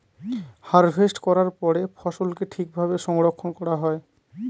harvest করার পরে ফসলকে ঠিক ভাবে সংরক্ষন করা হয়